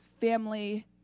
family